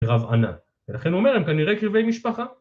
רב ענה (?) לכן הוא אומר הם כנראה קרובי משפחה